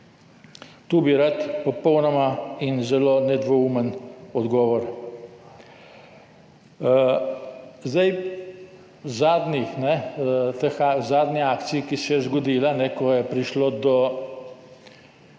Tu bi rad popolnoma in zelo nedvoumen odgovor. Zadnja akcija, ki se je zgodila, ko je prišlo do